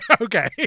Okay